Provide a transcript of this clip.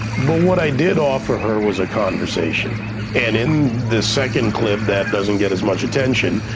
but what i did offer her was a conversation and in the second clip that doesn't get as much attention,